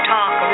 Talk